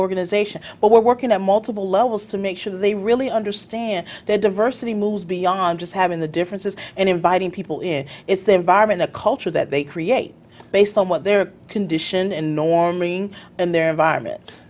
organization but we're working at multiple levels to make sure they really understand their diversity moves beyond just having the differences and inviting people in is the environment the culture that they create based on what their condition and norming and their environment